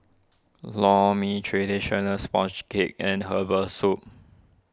Lor Mee Traditional Sponge Cake and Herbal Soup